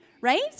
right